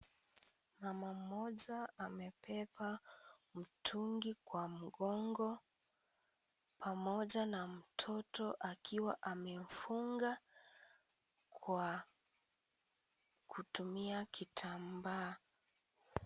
Mama mmoja amebeba mtungi kwa mgongo, pamoja na mtoto akiwa amemfunga kwa kutumia kitambaa.